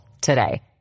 today